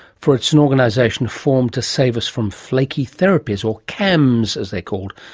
for it's an organisation formed to save us from flaky therapies or cams as they're called,